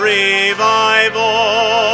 revival